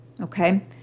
okay